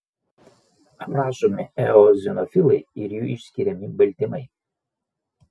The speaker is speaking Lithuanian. aprašomi eozinofilai ir jų išskiriami baltymai